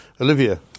Olivia